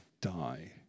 die